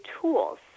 tools